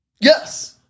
Yes